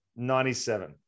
97